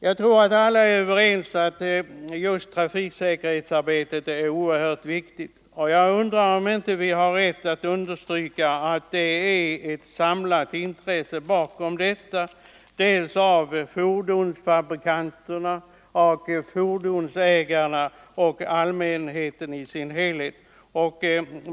Jag tror att alla är överens om att trafiksäkerhetsarbetet är oerhört viktigt. Man vågar säkert påstå att bakom kraven på ökad trafiksäkerhet står såväl fordonsfabrikanterna som fotgängarna och allmänheten i dess helhet.